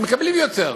הם מקבלים יותר.